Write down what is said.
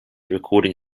recording